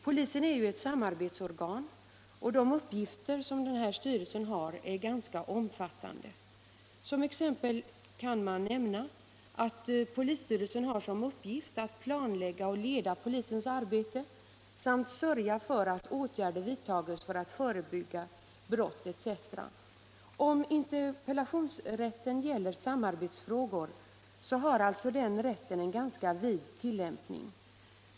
Polisen är ju ett samarbetsorgan och de uppgifter som denna styrelse har är ganska omfattande. Som exempel kan man nämna, att polisstyrelsen har som uppgift att planlägga och leda polisens arbete samt sörja för att åtgärder vidtages för att förebygga brott etc. Om interpellationsrätten gäller samarbetsfrågor, så har alltså den rätten en ganska vid tillämpning.